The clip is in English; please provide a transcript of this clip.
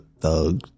thug